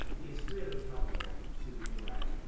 is really helpful to a writer.